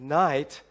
night